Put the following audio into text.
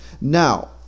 now